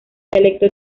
dialecto